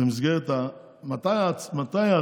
ונתנו כל